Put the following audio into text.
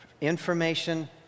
information